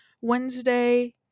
Wednesday